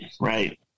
right